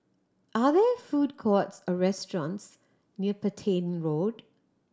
are there food courts or restaurants near Petain Road